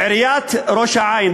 עיריית ראש-העין,